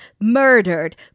murdered